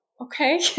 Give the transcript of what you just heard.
okay